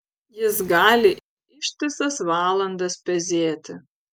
jis gali ištisas valandas pezėti